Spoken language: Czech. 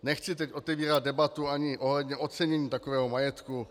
Nechci teď otevírat debatu ani ohledně ocenění takového majetku.